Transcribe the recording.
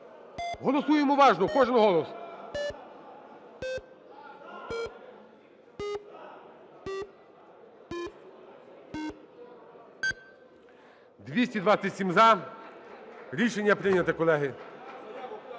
Голосуємо уважно, кожен голос. 18:12:38 За-227 Рішення прийнято, колеги.